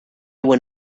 were